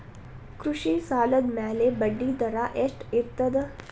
ಕೃಷಿ ಸಾಲದ ಮ್ಯಾಲೆ ಬಡ್ಡಿದರಾ ಎಷ್ಟ ಇರ್ತದ?